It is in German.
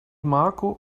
marco